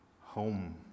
home